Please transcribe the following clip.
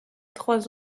trois